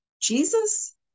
Jesus